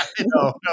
no